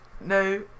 No